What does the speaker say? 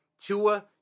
Tua